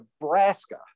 Nebraska